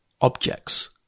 objects